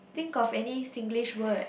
think of any Singlish word